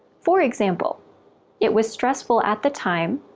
for example it was stressful at the time,